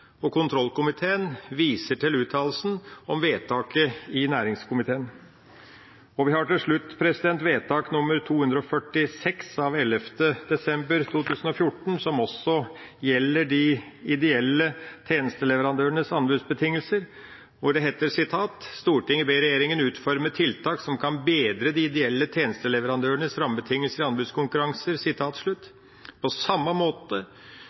Og kontrollkomiteen viser her til uttalelsen om vedtaket i næringskomiteens brev. Til slutt har vi vedtak nr. 246 av 11. desember 2014, som også gjelder de ideelle tjenesteleverandørenes anbudsbetingelser, hvor det heter: «Stortinget ber regjeringen utforme tiltak som kan bedre de ideelle tjenesteleverandørenes rammebetingelser i anbudskonkurranser.» På samme måte,